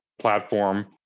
platform